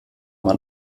man